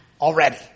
already